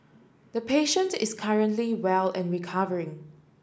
the patient is currently well and recovering